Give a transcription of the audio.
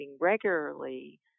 regularly